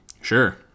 Sure